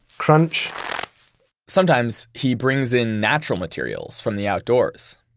crunch sometimes, he brings in natural materials from the outdoors.